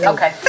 Okay